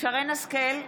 שרן מרים השכל,